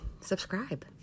subscribe